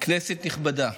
כנסת נכבדה,